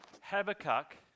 habakkuk